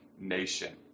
nation